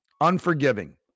unforgiving